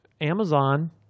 amazon